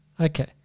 Okay